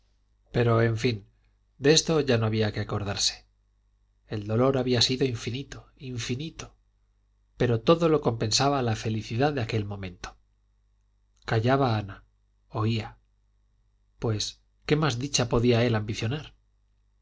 pero en fin de esto ya no había que acordarse el dolor había sido infinito infinito pero todo lo compensaba la felicidad de aquel momento callaba ana oía pues qué más dicha podía él ambicionar